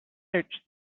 searched